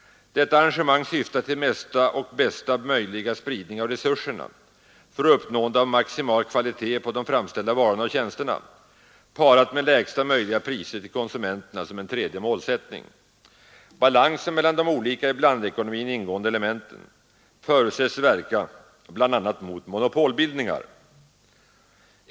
Detta arrangemang syftar till mesta och bästa möjliga spridning av resurserna för uppnående av maximal kvalitet på de framställda varorna och tjänsterna parat med lägsta möjliga priser till konsumenterna som tredje målsättning. Balansen mellan de olika i blandekonomin ingående elementen förutsätts verka bland annat mot monopolbildningar.